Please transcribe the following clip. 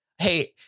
Hey